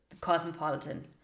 Cosmopolitan